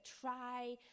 try